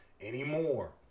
anymore